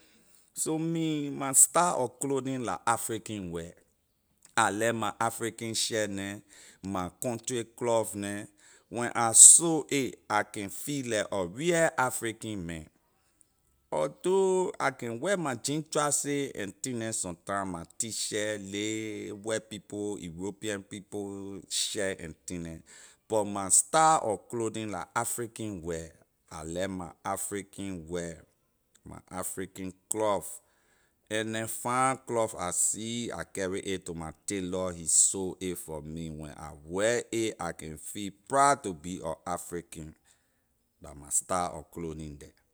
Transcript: So me my style of clothing la african wear I like my african shirt neh my country cloth neh when I sew a I can feel like a real african man although I can wear my jean trousers and thing neh sometime my t- shirt ley white people european people shirt and thing neh but my style of clothing la african wear I like my african wear my african cloth any fine cloth I see I can carry it to my tailor he sew it for me when I wear a I can feel proud to be a african la my style of clothing the.